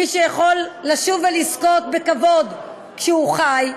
מי שיכול לשוב ולזכות בכבוד כשהוא חי,